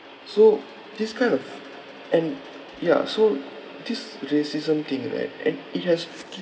so this kind of and ya so this racism thing right and it has